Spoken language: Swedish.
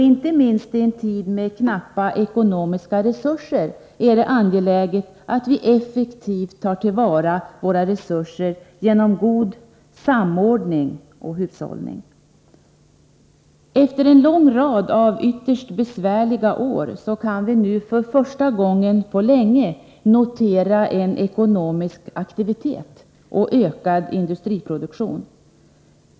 Inte minst i en tid med knappa ekonomiska resurser är det angeläget att vi effektivt tar till vara våra resurser genom god samordning och hushållning. Efter en lång rad av ytterst besvärliga år kan vi nu för första gången på länge notera ökad ekonomisk aktivitet och ökad industriproduktion.